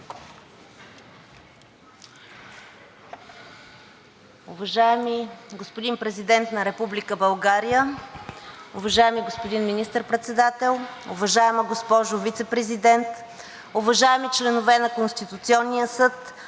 уважаеми господин Президент на Република България, уважаеми господин Министър-председател, уважаема госпожо Вицепрезидент, уважаеми членове на Конституционния съд,